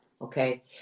Okay